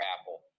Apple